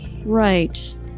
right